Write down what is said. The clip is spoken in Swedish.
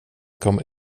kommer